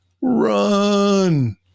Run